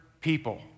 people